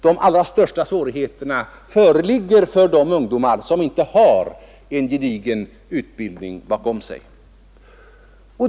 De allra största svårigheterna föreligger för de ungdomar som inte har någon gedigen utbildning bakom sig.